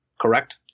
Correct